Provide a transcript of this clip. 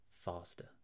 faster